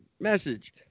message